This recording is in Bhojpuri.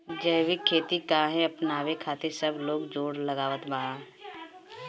जैविक खेती काहे अपनावे खातिर सब लोग जोड़ लगावत बा?